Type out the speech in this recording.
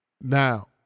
Now